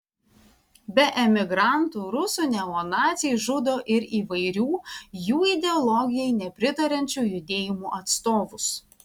be emigrantų rusų neonaciai žudo ir įvairių jų ideologijai nepritariančių judėjimų atstovus